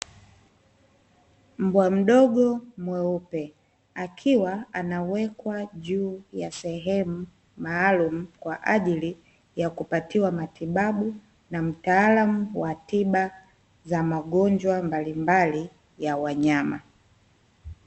Mbwa mdogo mweupe, akiwa anawekwa juu ya sehemu maalumu kwa ajili ya kupatiwa matibabu na mtaalamu wa tiba za magonjwa mbalimbali ya wanyama.